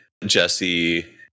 jesse